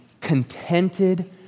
contented